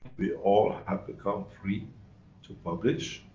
we all have become free to publish,